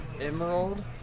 Emerald